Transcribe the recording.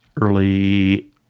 early